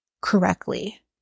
correctly